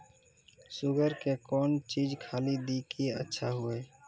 Sugar के कौन चीज खाली दी कि अच्छा हुए?